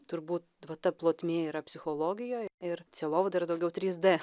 turbūt vat ta plotmė yra psichologijoj ir cielovadą yra daugiau trys d